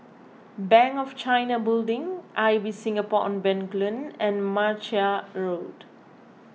Bank of China Building Ibis Singapore on Bencoolen and Martia Road